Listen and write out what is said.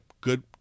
good